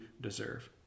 deserve